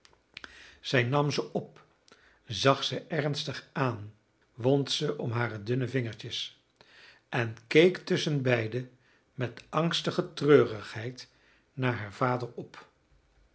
zij nam ze op zag ze ernstig aan wond ze om hare dunne vingertjes en keek tusschenbeide met angstige treurigheid naar haar vader op